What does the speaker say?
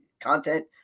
content